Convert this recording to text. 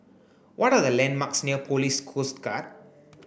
what are the landmarks near Police Coast Guard